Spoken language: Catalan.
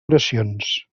oracions